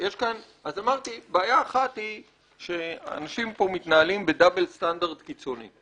אז אמרתי שבעיה אחת היא שאנשים מתנהלים בסטנדרט כפול קיצוני.